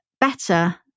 better